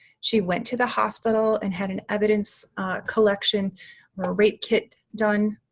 she went to the hospital and had an evidence collection or rape kit done.